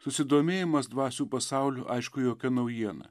susidomėjimas dvasių pasauliu aišku jokia naujiena